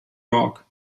york